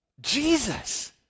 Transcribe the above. Jesus